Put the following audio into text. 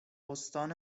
استان